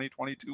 2022